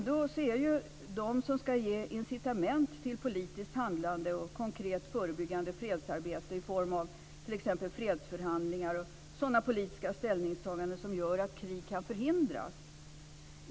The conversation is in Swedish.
Det är ju ändå de som skall ge incitament till politiskt handlande och konkret förebyggande fredsarbete i form av t.ex. fredsförhandlingar och sådana politiska ställningstaganden som gör att krig kan förhindras.